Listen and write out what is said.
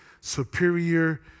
superior